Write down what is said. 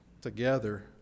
together